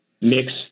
mix